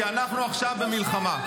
כי עכשיו אנחנו במלחמה.